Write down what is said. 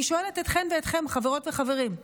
אני שואלת אתכן ואתכם, חברות וחברים: